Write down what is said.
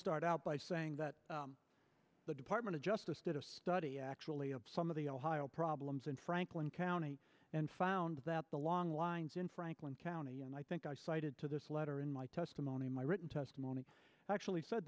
start out by saying that the department of justice actually some of the ohio problems in franklin county and found that the long lines in franklin county i think i cited to this letter in my testimony my written testimony actually said